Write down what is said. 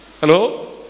Hello